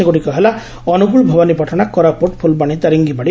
ସେଗୁଡିକ ହେଲା ଅନୁଗୋଳ ଭବନୀପାଟଣା କୋରାପୁଟ ଫୁଲବାଣୀ ଓ ଦାରିଙ୍ଗିବାଡି